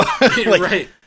right